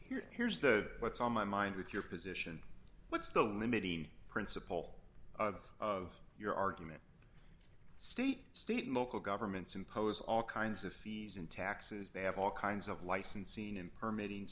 here here's the what's on my mind with your position what's the limiting principle of your argument state state and local governments impose all kinds of fees and taxes they have all kinds of license seen in permitting